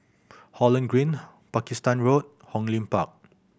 Holland Green Pakistan Road Hong Lim Park